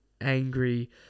angry